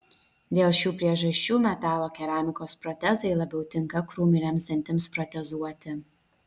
dėl šių priežasčių metalo keramikos protezai labiau tinka krūminiams dantims protezuoti